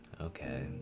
Okay